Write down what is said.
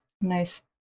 Nice